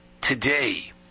today